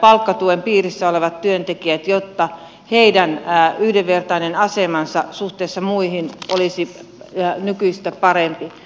palkkatuen piirissä olevat työntekijät jotta heidän yhdenvertainen asemansa suhteessa muihin olisi nykyistä parempi